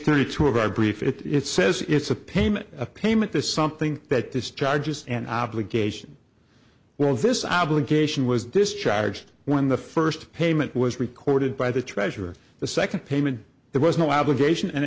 thirty two of our brief it it says it's a payment a payment this something that discharge is an obligation well this obligation was discharged when the first payment was recorded by the treasurer the second payment there was no obligation and